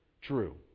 true